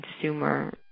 consumer